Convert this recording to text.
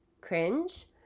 cringe